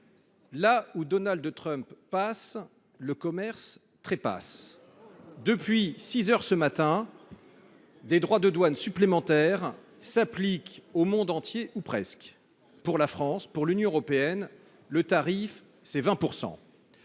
Là où Donald Trump passe, le commerce trépasse ! Depuis six heures ce matin, des droits de douane additionnels s’appliquent au monde entier ou presque. Pour la France, pour l’Union européenne, le tarif est de